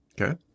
Okay